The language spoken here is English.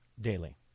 daily